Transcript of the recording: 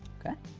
okay.